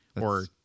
Or-